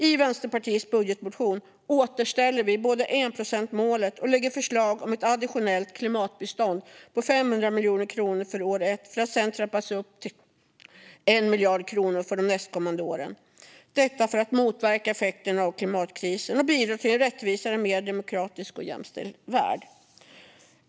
I Vänsterpartiets budgetmotion både återställer vi enprocentsmålet och lägger fram förslag om ett additionellt klimatbistånd som omfattar 500 miljoner kronor för år ett och sedan trappas upp till 1 miljard kronor för de nästkommande åren. Detta gör vi för att motverka effekterna av klimatkrisen och bidra till en rättvisare, mer demokratisk och jämställd värld.